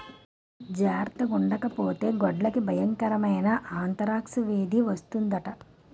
జార్తగుండకపోతే గొడ్లకి బయంకరమైన ఆంతరాక్స్ వేది వస్తందట